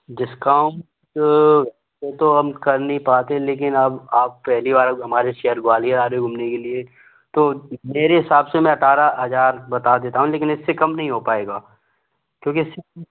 discount वह तो हम कर नहीं पाते लेकिन अब आप पहली बार हमारे शहर ग्वालियर आ रहे हो घूमने के लिए तो मेरे हिसाब से मैं अट्ठारह हज़ार बता देता हूँ लेकिन इससे कम नहीं हो पाएगा क्योंकि इससे कम